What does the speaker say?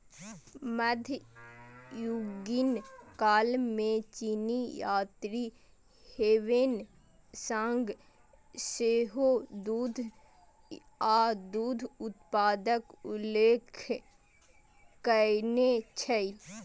मध्ययुगीन काल मे चीनी यात्री ह्वेन सांग सेहो दूध आ दूध उत्पादक उल्लेख कयने छै